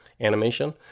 animation